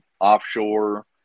offshore